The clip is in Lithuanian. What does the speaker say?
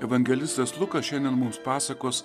evangelistas lukas šiandien mums pasakos